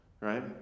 right